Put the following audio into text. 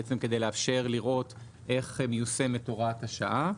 כדי לאפשר לראות איך מיושמת הוראת השעה.